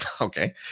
Okay